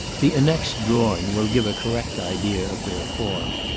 the annexed drawing will give a correct idea of their form.